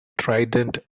trident